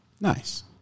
Nice